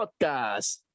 Podcast